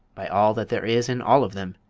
by all that there is in all of them,